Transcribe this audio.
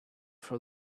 for